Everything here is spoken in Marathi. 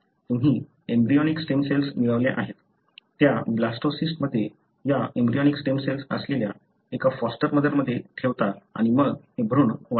तुम्ही एम्ब्रियोनिक स्टेम सेल्स मिळवल्या आहेत त्या ब्लास्टोसिस्टमध्ये या एम्ब्रियोनिक स्टेम सेल्स असलेल्या एका फॉस्टर मदरमध्ये ठेवता आणि मग हे भ्रूण वाढतात